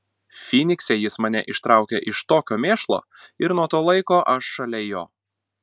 fynikse jis mane ištraukė iš tokio mėšlo ir nuo to laiko aš šalia jo